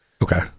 Okay